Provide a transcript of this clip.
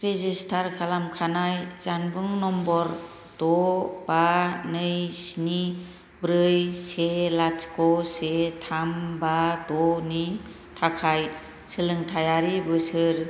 register खालामखानाय जानबुं number द' बा नै स्नि ब्रै से लाथिख' से थाम बा द' नि थाखाय सोलोंथायारि बोसोर